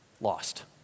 lost